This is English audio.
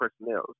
personnel